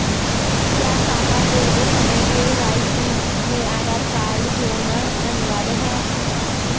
क्या खाता खोलते समय के.वाई.सी में आधार जोड़ना अनिवार्य है?